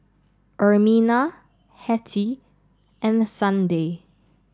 Ermina Hetty and Sunday